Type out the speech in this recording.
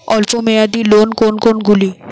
অল্প মেয়াদি লোন কোন কোনগুলি?